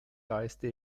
reiste